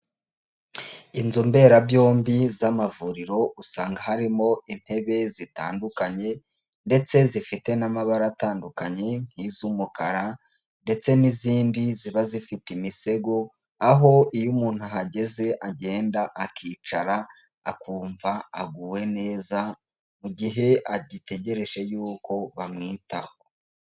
Inzu mberabyombi z'amavuriro, usanga harimo intebe zitandukanye ndetse zifite n'amabara atandukanye nk'iz'umukara ndetse n'izindi ziba zifite imisego, aho iyo umuntu ahageze agenda akicara akumva aguwe neza, mu gihe agitegereje y'uko bamwitaho.